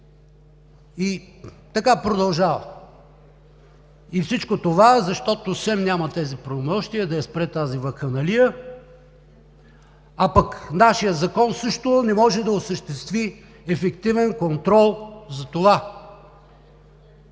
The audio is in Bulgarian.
И така продължава. Всичко това е, защото СЕМ няма правомощия да спре тази вакханалия. А пък нашият закон също не може да осъществи ефективен контрол за това